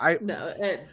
No